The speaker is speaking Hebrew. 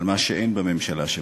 על מה שאין בממשלה שבדרך.